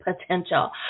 potential